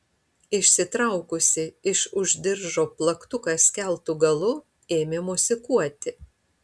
išsitraukusi iš už diržo plaktuką skeltu galu ėmė mosikuoti